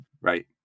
right